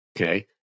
okay